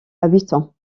habitants